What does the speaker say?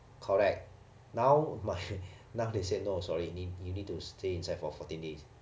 correct now now they say no sorry you need you need to stay inside for fourteen days